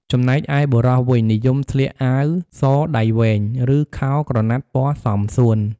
ចំណែកឯបុរសវិញ និយមស្លៀកអាវសដៃវែង ឬខោក្រណាត់ពណ៌សមសួន។